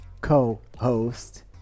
co-host